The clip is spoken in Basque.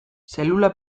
zelula